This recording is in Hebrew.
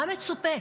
מה מצופה?